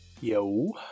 Yo